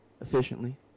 efficiently